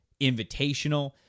Invitational